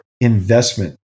investment